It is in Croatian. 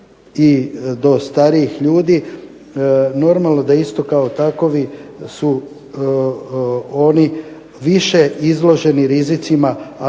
i do starijih ljudi. Normalno da isto kao takovi su oni više izloženi rizicima